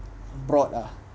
broad ah